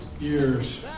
years